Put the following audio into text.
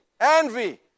envy